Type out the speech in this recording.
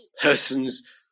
persons